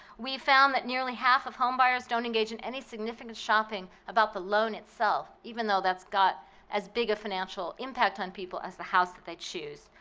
we found that nearly half of home buyers don't engage in any significant shopping about the loan itself even though that's got as big a financial impact on people as the house that they choose.